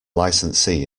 licensee